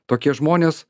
tokie žmonės